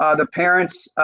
ah the parents,